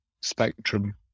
spectrum